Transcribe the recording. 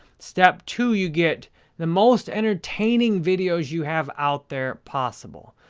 step two, you get the most entertaining videos you have out there possible.